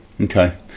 okay